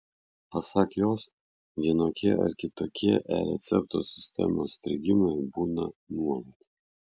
pasak jos vienokie ar kitokie e recepto sistemos strigimai būna nuolat